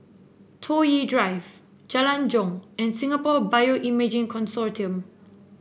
Toh Yi Drive Jalan Jong and Singapore Bioimaging Consortium